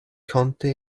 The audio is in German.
konnte